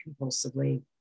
compulsively